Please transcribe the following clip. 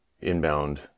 inbound